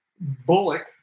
Bullock